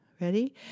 Ready